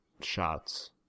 shots